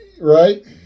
Right